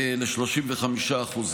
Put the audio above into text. ל-35%.